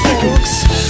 Books